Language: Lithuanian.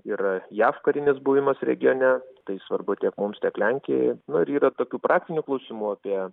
yra jav karinis buvimas regione tai svarbu tiek mums tiek lenkijai nu ir yra tokių praktinių klausimų apie